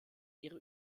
ihre